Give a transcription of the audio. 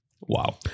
Wow